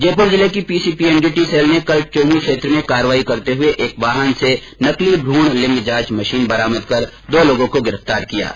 जयपुर जिले की PCPNDT cell ने कल चौमू क्षेत्र में कार्यवाही करते हुए एक वाहन से नकली भ्रण लिंग जांच मशीन बरामद कर दो लोगों को गिरफ्तार किया है